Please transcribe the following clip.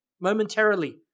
momentarily